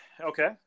okay